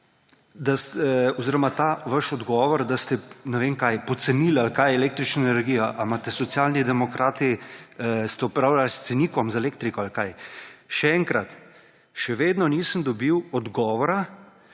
oziroma ta vaš odgovor, da ste, ne vem kaj, pocenili ali kaj električno energijo. A ste Socialni demokrati upravljali s cenikom za elektriko ali kaj? Še enkrat: še vedno nisem dobil odgovora,